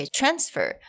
transfer